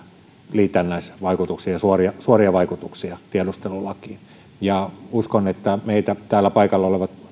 liitännäisvaikutuksia ja suoria suoria vaikutuksia tiedustelulakiin uskon että me täällä paikalla olevat